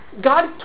God